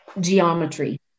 geometry